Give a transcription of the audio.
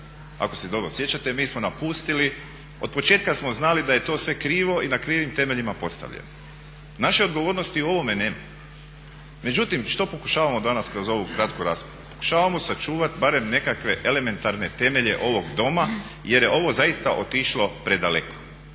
ako se dobro sjećate mi smo napustili, od početka smo znali da je to sve krivo i na krivim temeljima postavljeno. Naše odgovornosti u ovome nema. Međutim, što pokušavamo danas kroz ovu kratku raspravu? Pokušavamo sačuvati barem nekakve elementarne temelje ovog Doma jer je ovo zaista otišlo predaleko